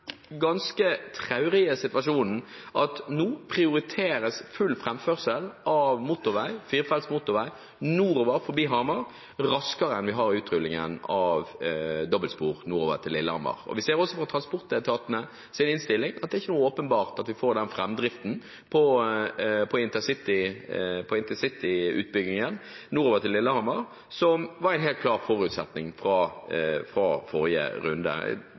ganske traurige situasjonen at nå prioriteres full framførsel av motorvei, firefelts motorvei, nordover forbi Hamar raskere enn vi har utrullingen av dobbeltspor nordover til Lillehammer. Vi ser også fra transportetatenes innstilling at det er ikke åpenbart at vi får den framdriften på intercityutbyggingen nordover til Lillehammer, som var en helt klar forutsetning fra forrige runde.